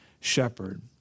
shepherd